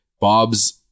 Bob's